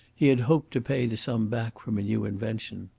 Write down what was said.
he had hoped to pay the sum back from a new invention.